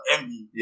Envy